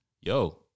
Yo